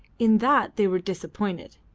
in that they were disappointed,